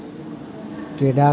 Kedarnath